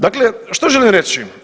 Dakle što želim reći?